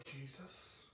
Jesus